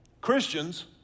Christians